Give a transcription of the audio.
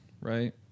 right